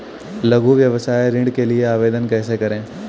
लघु व्यवसाय ऋण के लिए आवेदन कैसे करें?